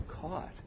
caught